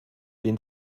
den